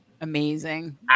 Amazing